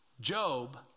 Job